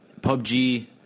PUBG